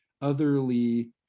otherly